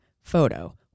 photo